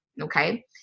okay